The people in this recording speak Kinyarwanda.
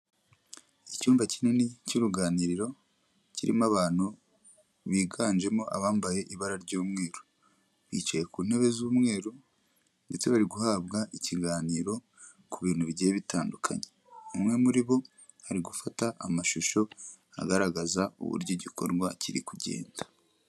Icyumba kinini cy'uruganiriro, kirimo abantu biganjemo abambaye ibara ry'umweru. Bicaye ku ntebe z'umweru ndetse bari guhabwa ikiganiro, ku bintu bigiye bitandukanye. Umwe muri bo ari gufata amashusho, agaragaza uburyo igikorwa kiri kugenda.